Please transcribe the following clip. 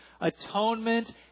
Atonement